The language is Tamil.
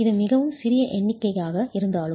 இது மிகவும் சிறிய எண்ணிக்கையாக இருந்தாலும்